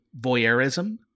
voyeurism